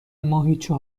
ماهیچه